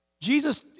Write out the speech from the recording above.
Jesus